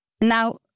Now